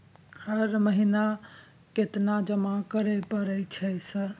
हर महीना केतना जमा करे परय छै सर?